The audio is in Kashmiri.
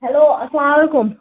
ہٮ۪لو السلام علیکُم